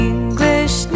English